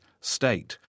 state